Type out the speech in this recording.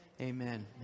Amen